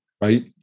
right